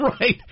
Right